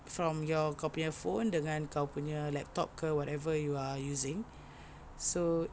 from your kau punya phone dengan kau punya laptop ke whatever you are using so